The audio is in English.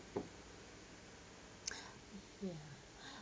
ya